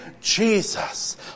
Jesus